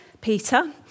Peter